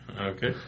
okay